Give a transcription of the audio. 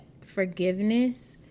forgiveness